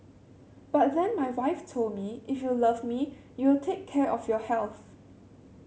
but then my wife told me if you love me you will take care of your health